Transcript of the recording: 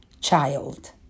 child